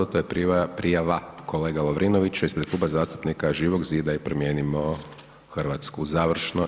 To je prijava kolega Lovrinovića ispred Kluba zastupnika Živog zida i Promijenimo Hrvatsku, završno.